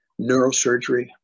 neurosurgery